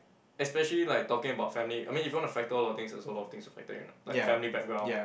especially like talking about family I mean if you wanna factor a lot of things also a lot of things to factor you know like family background